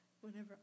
whenever